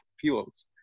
fuels